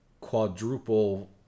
quadruple